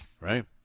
right